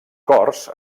corts